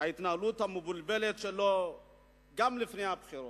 ההתנהלות המבולבלת שלו גם לפני הבחירות,